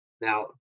Now